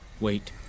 Wait